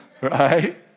right